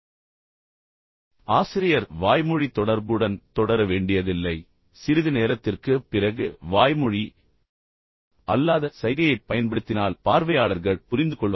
எனவே உண்மையில் ஆசிரியர் வாய்மொழி தொடர்புடன் தொடர வேண்டியதில்லை சிறிது நேரத்திற்குப் பிறகு வாய்மொழி அல்லாத சைகையைப் பயன்படுத்தினால் பார்வையாளர்கள் புரிந்துகொள்வார்கள்